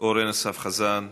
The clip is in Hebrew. אורן אסף חזן.